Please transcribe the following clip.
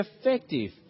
effective